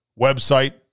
website